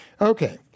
Okay